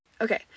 Okay